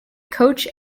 coach